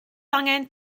angen